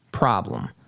problem